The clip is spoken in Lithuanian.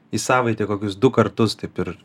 į savaitę kokius du kartus taip ir